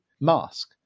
mask